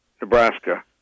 Nebraska